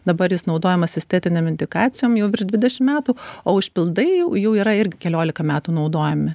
dabar jis naudojamas estetinėm indikacijom jau virš dvidešim metų o užpildai jau jau yra ir keliolika metų naudojami